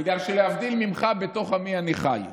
בגלל שלהבדיל ממך, בתוך עמי אני חי.